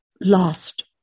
lost